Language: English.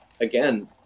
again